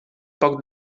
poc